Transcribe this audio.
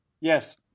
Yes